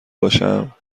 باشم